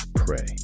pray